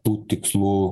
tų tikslų